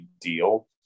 deal